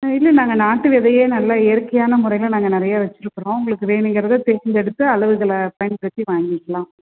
இல்லை நாங்கள் நாட்டு விதையே நல்லா இயற்கையான முறையில் நாங்கள் நிறையா வெச்சுருக்கறோம் உங்களுக்கு வேணுங்கிறதை தேர்ந்தெடுத்து அளவு இதில் பயன்படுத்தி வாங்கிக்கலாம்